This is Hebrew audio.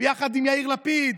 יחד עם יאיר לפיד,